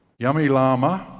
yami lama,